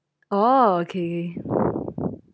oh okay K